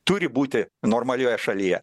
turi būti normalioje šalyje